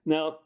Now